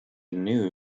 new